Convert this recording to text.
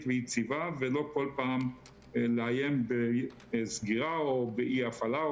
ויציבה ולא כל פעם לאיים בסגירה או באי הפעלה,